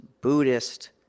Buddhist